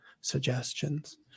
suggestions